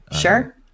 Sure